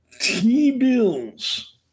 T-bills